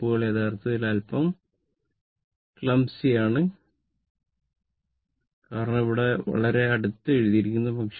കുറിപ്പുകൾ യഥാർത്ഥത്തിൽ അൽപ്പം ക്ലമസ്യ ആണ് കാരണം ഇവിടെ വളരെ അടുത്ത് എഴുതിയിരിക്കുന്നു